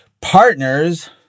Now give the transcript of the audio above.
partners